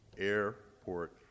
Airport